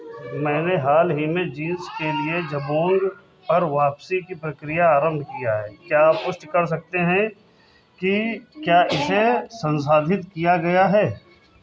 मैंने हाल ही में जींस के लिए जबोंग पर वापसी की प्रक्रिया आरंभ किया है क्या आप पुष्टि कर सकते हैं कि क्या इसे संशोधित किया गया है